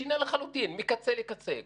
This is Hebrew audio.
שינה לחלוטין, מקצה לקצה.